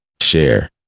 share